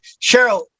cheryl